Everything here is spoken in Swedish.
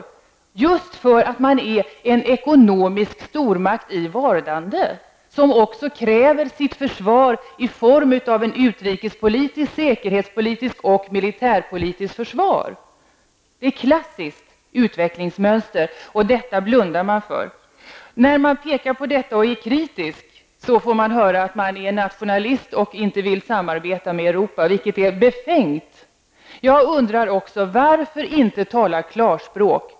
Anledning är just att EG är en ekonomisk stormakt i vardande, som också kräver ett utrikespolitiskt, säkerhetspolitiskt och militärpolitiskt försvar. Det är ett klassiskt utvecklingsmönster, och detta blundar man för. När man pekar på detta och är kritisk får man höra att man är nationalist och inte vill samarbeta med Europa. Men detta är befängt! Varför inte tala klarspråk?